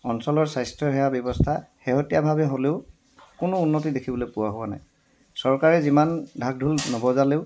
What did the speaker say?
অঞ্চলৰ স্বাস্থ্যসেৱা ব্যৱস্থা শেহতীয়াভাৱে হ'লেও কোনো উন্নতি দেখিবলৈ পোৱা হোৱা নাই চৰকাৰে যিমান ঢাক ঢোল নবজালেও